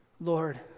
Lord